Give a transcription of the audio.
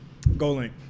Golink